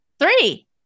three